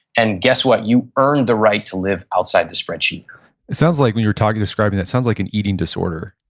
and guess what? you earn the right to live outside the spreadsheet it sounds like, when you were talking describing that, sounds like an eating disorder,